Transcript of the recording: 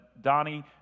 Donnie